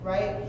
Right